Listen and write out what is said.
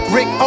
Rick